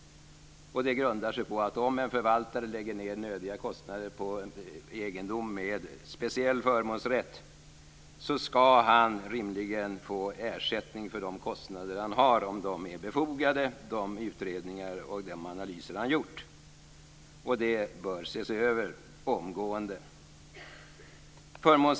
Om en förvaltare lägger ned nödiga kostnader på en egendom med speciell förmånsrätt ska han rimligen få ersättning för de kostnader han har haft för sina utredningar och analyser, om de är befogade. Detta bör ses över omgående.